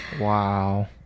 Wow